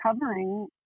covering